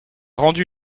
rendu